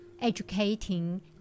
educating